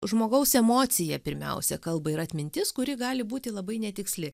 žmogaus emocija pirmiausia kalba ir atmintis kuri gali būti labai netiksli